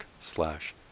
slash